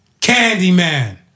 Candyman